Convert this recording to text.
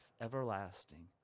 everlasting